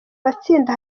matsinda